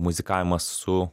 muzikavimas su